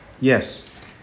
Yes